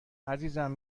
عزیزم